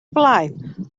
blaen